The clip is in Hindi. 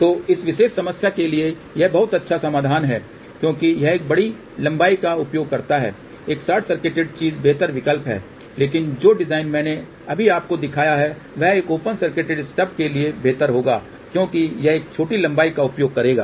तो इस विशेष समस्या के लिए यह एक अच्छा समाधान नहीं है क्योंकि यह एक बड़ी लंबाई का उपयोग करता है एक शॉर्ट सर्किटिड चीज बेहतर विकल्प है लेकिन जो डिज़ाइन मैंने अभी आपको दिखाया है वह एक ओपन सर्किट स्टब के लिए बेहतर होगा क्योंकि यह एक छोटी लंबाई का उपयोग करेगा